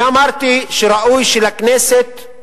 אני אמרתי שראוי שלכנסת,